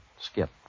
skip